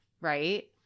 right